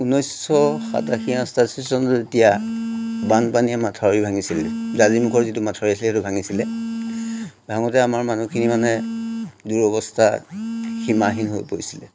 ঊনৈছশ সাতাশী অষ্টাশী চনত যেতিয়া বানপানীয়ে মাথাউৰি ভাঙিছিলে জাঁজিমুখৰ যিটো মাথাউৰি আছিলে সেইটো ভাঙিছিলে ভাঙোতে আমাৰ মানুহখিনি মানে দুৰৱস্থা সীমাহীন হৈ পৰিছিলে